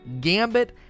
gambit